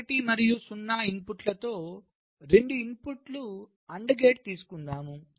0 1 మరియు 0 ఇన్పుట్లతో 2 ఇన్పుట్ల AND గేట్ తీసుకుందాం